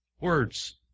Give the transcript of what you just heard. Words